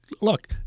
Look